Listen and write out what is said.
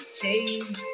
change